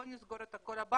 בואו נסגור את כל הבנקים,